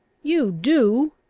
you do!